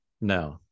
No